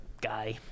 guy